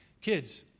kids